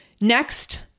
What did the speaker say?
Next